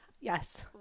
Yes